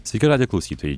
sveiki radijo klausytojai